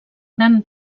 gran